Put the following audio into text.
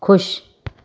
खु़शि